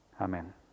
Amen